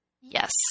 Yes